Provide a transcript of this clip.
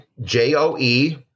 J-O-E